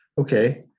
Okay